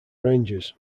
rangers